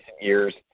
years